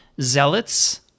zealots